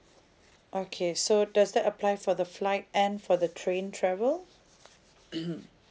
okay so does that apply for the flight and for the train travel